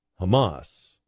Hamas